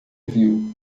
viu